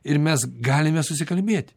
ir mes galime susikalbėti